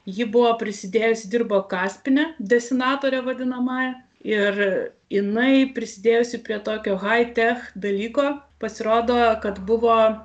ji buvo prisidėjusi dirbo kaspine desinatore vadinamąja ir jinai prisidėjusi prie tokio hai tech dalyko pasirodo kad buvo